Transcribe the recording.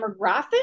demographic